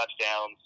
touchdowns